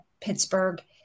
Pittsburgh